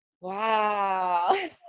wow